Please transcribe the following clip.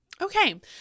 Okay